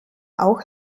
auch